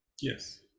Yes